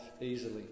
easily